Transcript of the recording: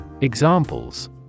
Examples